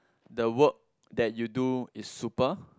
the work that you do is super